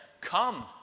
Come